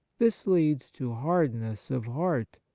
this leads to hardness of heart,